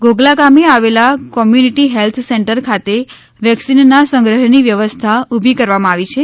ઘોઘલા ગામે આવેલા community health centre ખાતે વેક્સિનના સંગ્રહની વ્યવસ્થા ઊભી કરવામાં આવી છે